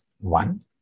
one